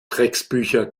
drecksbücher